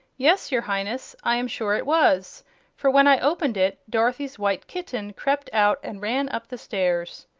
yes, your highness i am sure it was for when i opened it dorothy's white kitten crept out and ran up the stairs.